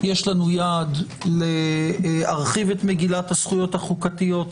יש לנו יעד להרחיב את מגילת הזכויות החוקתיות.